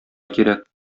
кирәк